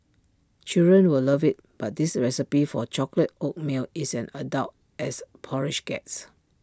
children will love IT but this recipe for A chocolate oatmeal is an adult as porridge gets